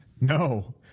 No